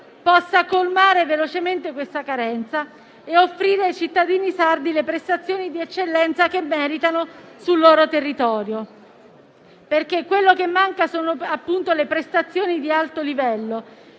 possa colmare velocemente questa carenza e offrire ai cittadini sardi le prestazioni di eccellenza che meritano sul loro territorio, perché quello che manca sono appunto le prestazioni di alto livello